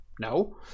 No